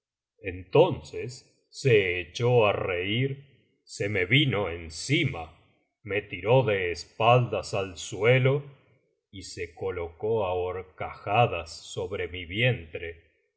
entonces se echó á reir se me vino encima me tiró de espaldas al suelo y se colocó á horcajadas sobre mi vientre